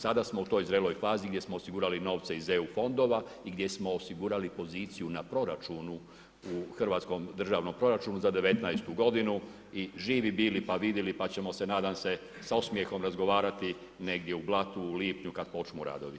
Sada smo u toj zreloj fazi, gdje smo osigurali novce iz EU fondova i gdje smo osigurali poziciju na proračunu u hrvatskom državnom proračunu za '19. g. i živi bili pa vidili, pa ćemo se nadam se sa osmjehom razgovarati negdje u Blatu u lipnju, kada počnu9 radovi.